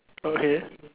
okay